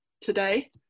today